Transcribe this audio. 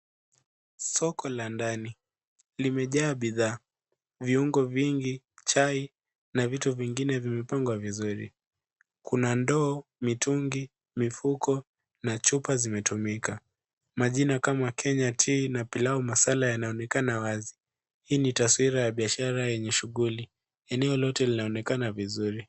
Soko la ndani, limejaa bidhaa, viungo vingi, chai na vitu vingine vimepangwa vizuri. Kuna ndoo, mitungi, mifuko na chupa zimetumika. Majina kama Kenya Tea na pilau masala yanaonekana wazi. Hii ni taswira ya biashara yenye shughuli. Eneo lote linaonekana vizuri.